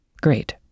Great